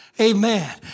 amen